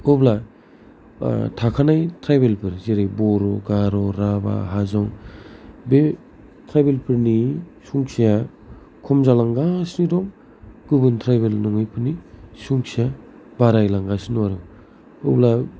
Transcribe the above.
अब्ला थाखानाय ट्राइबेल फोर जेरै बर' गार' राभा हाजं बे ट्राइबेल फोरनि संख्याया खम जालांगासिनो दं गुबुन ट्राइबेल नङै फोरनि संख्याया बारायलांगासिनो दं आरो अब्ला